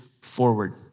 forward